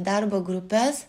darbo grupes